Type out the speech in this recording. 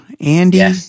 Andy